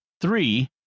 Three